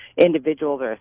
individuals